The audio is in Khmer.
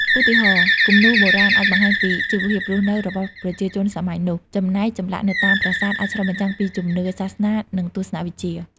ឧទាហរណ៍ គំនូរបុរាណអាចបង្ហាញពីជីវភាពរស់នៅរបស់ប្រជាជនសម័យនោះ ចំណែកចម្លាក់នៅតាមប្រាសាទអាចឆ្លុះបញ្ចាំងពីជំនឿសាសនា និងទស្សនវិជ្ជា។